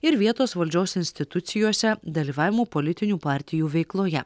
ir vietos valdžios institucijose dalyvavimu politinių partijų veikloje